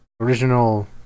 Original